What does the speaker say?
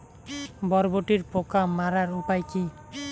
বরবটির পোকা মারার উপায় কি?